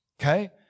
Okay